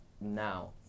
now